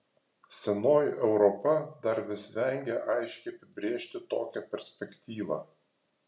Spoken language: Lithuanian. senoji europa dar vis vengia aiškiai apibrėžti tokią perspektyvą